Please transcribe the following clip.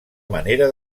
manera